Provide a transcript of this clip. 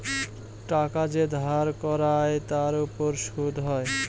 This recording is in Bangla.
টাকা যে ধার করায় তার উপর সুদ হয়